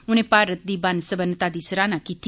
उनें भारत दी बन्न सबन्नता दी सराह्ना कीती